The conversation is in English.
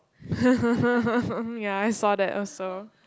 ya I saw that also